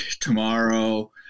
tomorrow